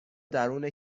درون